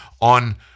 on